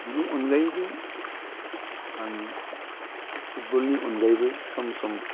बिनि अनगायैबो आं फुटबलनि अनगायैबो सम सम